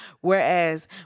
whereas